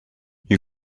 you